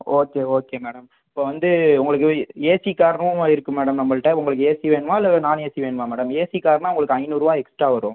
okay okay madam இப்போ வந்து உங்களுக்கு ஏசி காரும் இருக்குது மேடம் நம்பகிட்ட உங்களுக்கு ஏசி வேணுமா இல்லை நாண் ஏசி வேணுமா மேடம் ஏசி கார்னால் உங்களுக்கு ஐந்நூறுரூவா எக்ஸ்டா வரும்